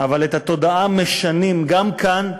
אבל את התודעה משנים, גם כאן,